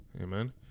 Amen